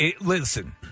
listen